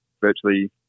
virtually